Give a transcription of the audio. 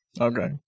Okay